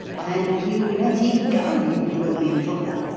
and you let him go, you blooming footler!